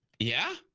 yeah,